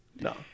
No